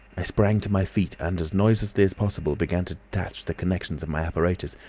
i sprang to my feet and as noiselessly as possible began to detach the connections of my apparatus,